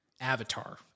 avatar